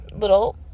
little